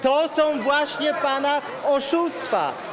To są właśnie pana oszustwa.